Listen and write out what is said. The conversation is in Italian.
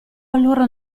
allora